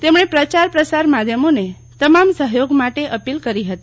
તેમણે પ્રચાર પ્રસાર માધ્યમોને તમામ સહયોગ માટે અપીલ કરી હતી